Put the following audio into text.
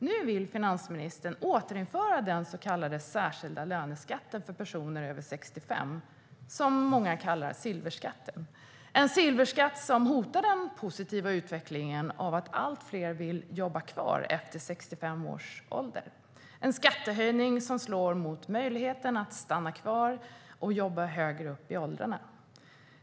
Nu vill finansministern återinföra den särskilda löneskatten för personer över 65, den så kallade silverskatten. Denna silverskatt hotar den positiva utvecklingen att allt fler vill fortsätta att jobba efter 65 års ålder. Det är en skattehöjning som slår mot möjligheten att stanna kvar i jobb högre upp i åldrarna.